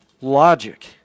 Logic